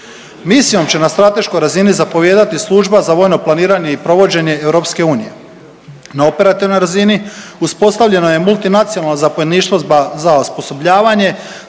Misijom će na strateškoj razini zapovijedati Služba za vojno planiranje i provođenje EU. Na operativnoj razini uspostavljano je Multinacionalno zapovjedništvo za osposobljavanje,